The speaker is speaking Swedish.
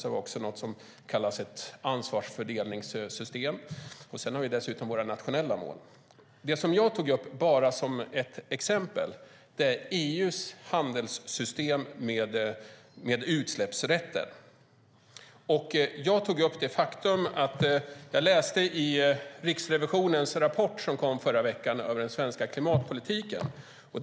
Vi har också något som kallas för ett ansvarsfördelningssystem, och vi har dessutom våra nationella mål. Det jag tog upp som ett exempel är EU:s handelsystem med utsläppsrätter. Jag tog upp det faktum att jag läste i Riksrevisionens rapport över den svenska klimatpolitiken som kom i förra veckan.